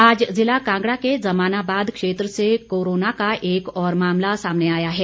आज ज़िला कांगड़ा के जमानाबाद क्षेत्र से कोरोना का एक और मामला सामने आया है